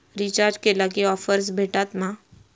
Recharge केला की offers भेटात मा?